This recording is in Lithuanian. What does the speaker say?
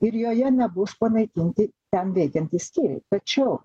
ir joje nebus panaikinti ten veikiantys skyriai tačiau